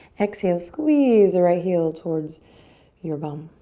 exhale, squeeze the right heel towards your bum.